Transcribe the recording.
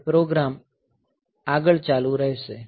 તે પ્રોગ્રામ આગળ ચાલુ રહેશે